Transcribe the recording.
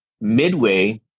midway